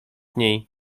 niej